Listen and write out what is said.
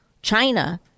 China